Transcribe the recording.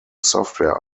software